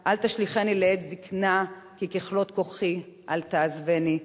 "אל תשליכני לעת זקנה ככלות כחי אל תעזבני".